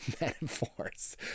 metaphors